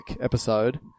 episode